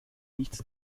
nichts